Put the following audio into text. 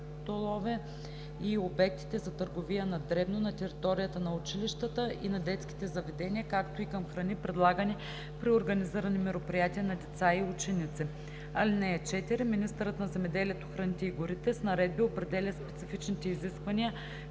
столове и обектите за търговия на дребно на територията на училищата и на детските заведения, както и към храни, предлагани при организирани мероприятия за деца и ученици. (4) Министърът на земеделието, храните и горите с наредби определя специфичните изисквания